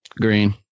Green